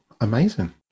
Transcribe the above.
Amazing